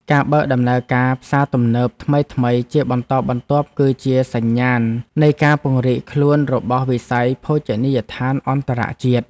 ការបើកដំណើរការផ្សារទំនើបថ្មីៗជាបន្តបន្ទាប់ គឺជាសញ្ញាណនៃការពង្រីកខ្លួនរបស់វិស័យភោជនីយដ្ឋានអន្តរជាតិ។